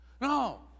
No